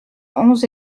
onze